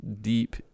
deep